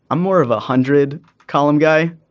i'm more of a hundred column guy.